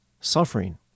suffering